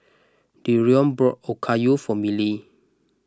Dereon bought Okayu for Miley